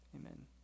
Amen